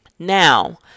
Now